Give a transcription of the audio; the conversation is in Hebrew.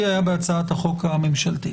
זה היה גם בהצעת החוק הממשלתית.